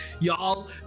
y'all